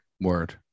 word